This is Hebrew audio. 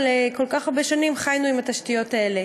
כל כך הרבה שנים חיינו עם התשתיות האלה.